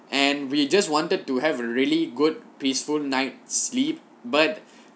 and we just wanted to have a really good peaceful night sleep but